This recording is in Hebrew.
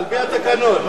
על-פי התקנון.